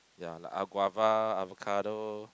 ya like av~ guava avocado